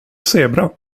zebra